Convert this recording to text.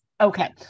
Okay